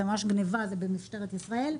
זה ממש גניבה, זה במשטרת ישראל.